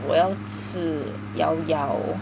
我要吃 llaollao